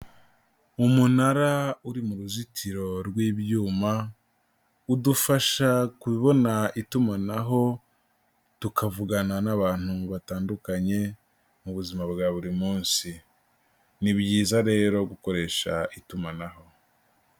Umunara uri mu ruzitiro rw'ibyuma, udufasha kubona itumanaho, tukavugana n'abantu batandukanye mu buzima bwa buri munsi, ni byiza rero gukoresha itumanaho.